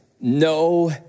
no